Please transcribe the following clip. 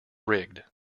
rigged